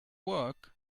work